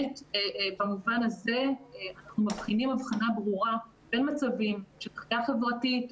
במובן הזה אנחנו באמת מבחינים הבחנה ברורה בין מצבים של דחייה חברתית,